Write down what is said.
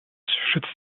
schützt